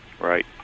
Right